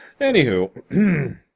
Anywho